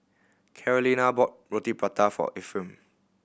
Carolina bought Roti Prata for Efrem